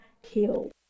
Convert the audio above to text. healed